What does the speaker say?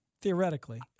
Theoretically